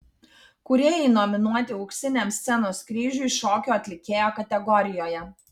kūrėjai nominuoti auksiniam scenos kryžiui šokio atlikėjo kategorijoje